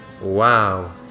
Wow